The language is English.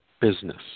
business